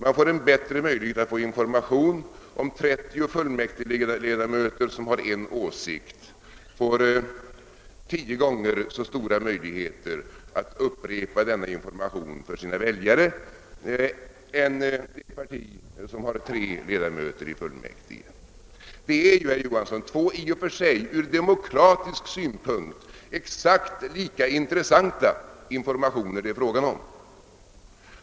Informationen skulle förbättras om 30 fullmäktigeledamöter, som har en åsikt får tio gånger så stora förutsättningar att upprepa denna information för sina väljare än det parti som har tre ledamöter i fullmäktige. Men det är, herr Johansson, två i och för sig ur demokratisk synpunkt exakt lika intressanta informationer det här gäller.